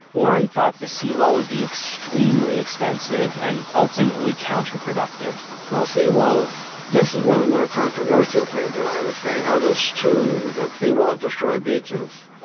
orrin thought the seawall would be extremely expensive and ultimately counterproductive well seawalls, this is one of the more controversial things that i was saying, others too, that seawalls destroy beaches.